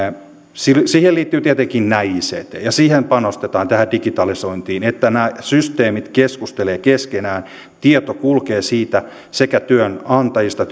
siihen liittyvät tietenkin nämä ictt ja ja siihen panostetaan tähän digitalisointiin että nämä systeemit keskustelevat keskenään tieto kulkee sekä työnantajista